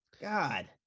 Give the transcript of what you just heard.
god